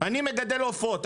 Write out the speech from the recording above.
אני מגדל עופות,